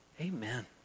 Amen